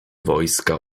wojska